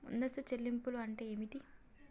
ముందస్తు చెల్లింపులు అంటే ఏమిటి?